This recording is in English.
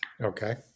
Okay